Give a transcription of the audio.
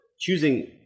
choosing